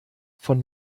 von